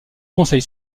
conseil